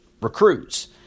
recruits